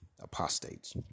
apostates